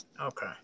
Okay